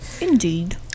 Indeed